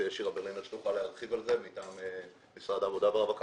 שירה ברלינר שתוכל להרחיב על כך מטעם משרד העבודה והרווחה,